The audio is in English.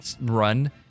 run